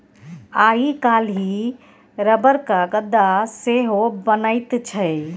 आइ काल्हि रबरक गद्दा सेहो बनैत छै